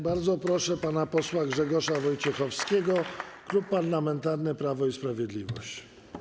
Bardzo proszę pana posła Grzegorza Wojciechowskiego, Klub Parlamentarny Prawo i Sprawiedliwość.